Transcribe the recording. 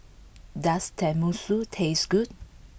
does Tenmusu taste good